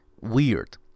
weird